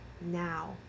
now